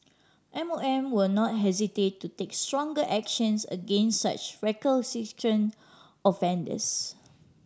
M O M will not hesitate to take stronger actions against such recalcitrant offenders